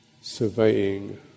surveying